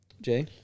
Jay